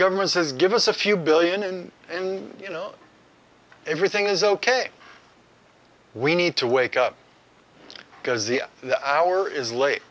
government says give us a few billion in and you know everything is ok we need to wake up because the hour is late